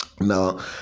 Now